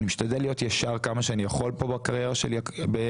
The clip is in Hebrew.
אני משתדל להיות ישר כמה שאני יכול פה בקריירה שלי בכנסת,